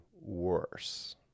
worse